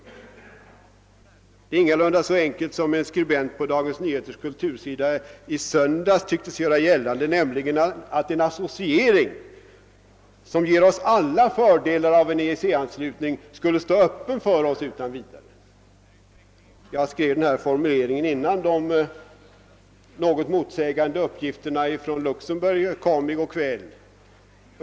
Det är ingalunda så enkelt som en skribent på Dagens Nyheters kultursida i söndags tycks göra gällande, nämligen att en associering som ger oss alla fördelar av en EEC-anslutning skulle utan vidare stå öppen för oss. Jag skrev ner den här formuleringen innan de något motsägande uppgifterna från Luxemburg kom i går kväll.